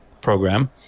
program